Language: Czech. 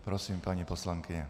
Prosím, paní poslankyně.